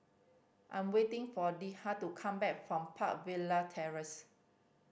I ' m waiting for Litha to come back from Park Villas Terrace